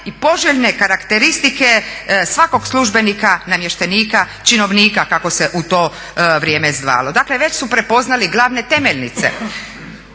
i poželjne karakteristike svakog službenika, namještenika, činovnika kako se u to vrijeme zvalo. Dakle već su prepoznali glavne temeljnice